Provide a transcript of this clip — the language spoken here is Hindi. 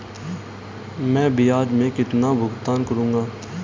मैं ब्याज में कितना भुगतान करूंगा?